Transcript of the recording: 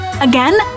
Again